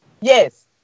Yes